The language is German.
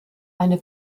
eine